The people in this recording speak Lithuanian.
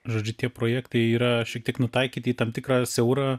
žodžiu tie projektai yra šiek tiek nutaikyti į tam tikrą siaurą